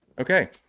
Okay